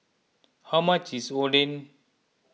how much is Oden